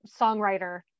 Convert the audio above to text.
songwriter